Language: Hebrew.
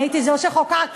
אני זו שחוקקה.